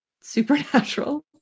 supernatural